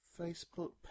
Facebook